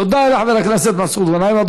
תודה לחבר הכנסת מסעוד גנאים.